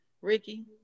Ricky